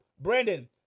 Brandon